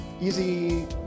easy